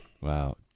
Wow